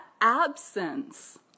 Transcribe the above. absence